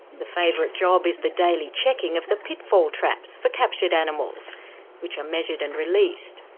the favourite job is the daily checking of the pit fall traps for captured animals which are measured and released.